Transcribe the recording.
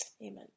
amen